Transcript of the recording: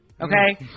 Okay